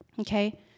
okay